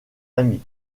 amis